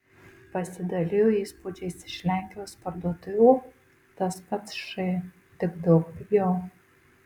pasidalijo įspūdžiais iš lenkijos parduotuvių tas pats š tik daug pigiau